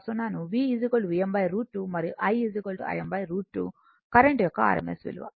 మరియు I Im √ 2 current యొక్క rms విలువ